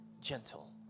gentle